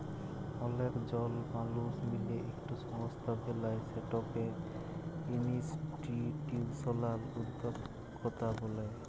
অলেক জল মালুস মিলে ইকট সংস্থা বেলায় সেটকে ইনিসটিটিউসলাল উদ্যকতা ব্যলে